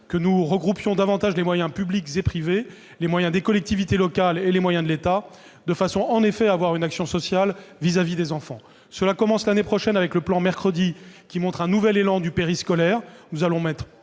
que nous regroupions davantage les moyens publics et privés, ceux des collectivités locales et de l'État, afin de pouvoir mener une action sociale vis-à-vis des enfants. Cela commencera l'année prochaine, avec le plan Mercredi, qui traduit un nouvel élan du périscolaire. Nous mettrons